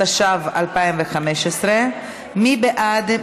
התשע"ו 2015. מי בעד?